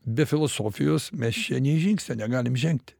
be filosofijos mes čia nė žingsnio negalim žengti